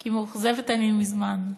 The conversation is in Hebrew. כי מאוכזבת אני מזמן.